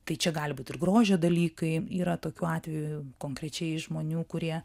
tai čia gali būt ir grožio dalykai yra tokių atvejų konkrečiai žmonių kurie